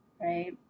Right